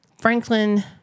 Franklin